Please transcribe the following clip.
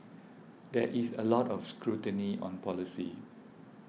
there is a lot of scrutiny on policy